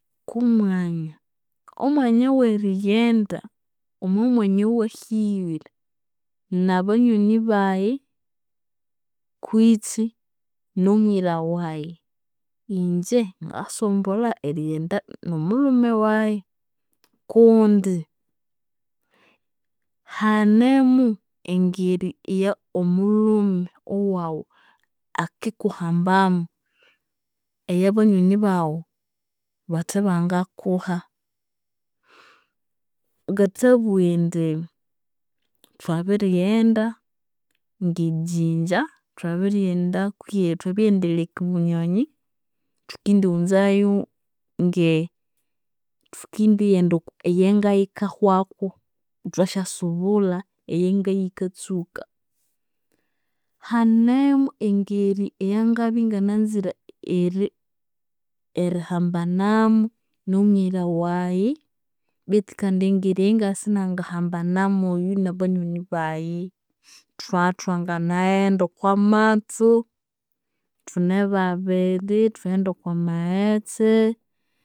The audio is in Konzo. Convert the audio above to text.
Komwanya, omwanya owerighenda omomwanya owahuwire nabanyoni bayi kwitsi nomwira wayi, inje ngasombolha erighenda nomulhume wayi kundi hanemu engeri eyomulhume waghu akikuhambamu eyabanyoni baghu bathebangakuha. Ngathabugha indi thwabirighenda nge Jinja, thwabirighenda kwihi, thwabirighenda e lake Bunyonyi, thukendighunzayu nge thukendighenda eyenga yikahwaku ithwasyasubulha eyenga yikatsuka. Hanemu engeri eyangabya ingananzire eri- erihambanamu nomwira wayi betu kandi engeri eyu ingabya isinangahambanamuyo nabanywani bayi. Ithwabya ithwanginaghenda okwamathu, ithune babiri ithwaghenda okwamaghetse